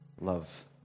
love